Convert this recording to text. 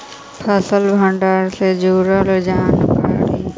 फसल भंडारन से जुड़ल जानकारी?